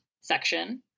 section